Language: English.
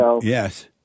Yes